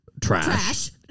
Trash